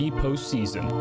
postseason